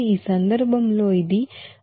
ఈ సందర్భంలో ఇది 4